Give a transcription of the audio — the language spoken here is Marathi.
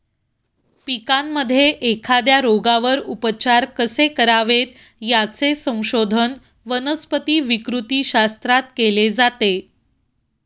पिकांमध्ये एखाद्या रोगावर उपचार कसे करावेत, याचे संशोधन वनस्पती विकृतीशास्त्रात केले जाते